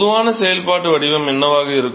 பொதுவான செயல்பாட்டு வடிவம் என்னவாக இருக்கும்